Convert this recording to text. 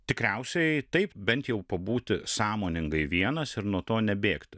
tikriausiai taip bent jau pabūti sąmoningai vienas ir nuo to nebėgti